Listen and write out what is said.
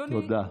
תודה.